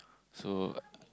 so